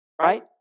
right